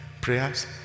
prayers